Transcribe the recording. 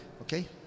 Okay